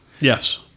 Yes